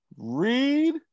Read